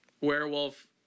Werewolf